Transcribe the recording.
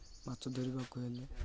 ମାଛ ଧରିବାକୁ ହେଲେ